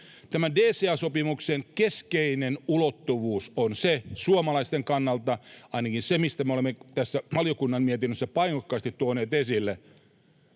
Tämä DCA-sopimuksen keskeinen ulottuvuus on suomalaisten kannalta se, mitä me olemme tässä valiokunnan mietinnössä painokkaasti tuoneet esille: